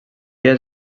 dia